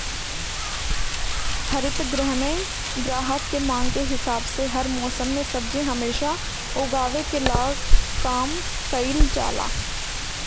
हरित गृह में ग्राहक के मांग के हिसाब से हर मौसम के सब्जी हमेशा उगावे के काम कईल जाला